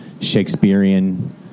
Shakespearean